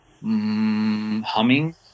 humming